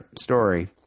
story